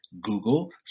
google